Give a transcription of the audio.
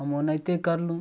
हम ओनाहिते कयलहुॅं